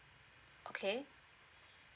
okay